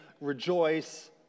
rejoice